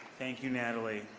thank you, natalie.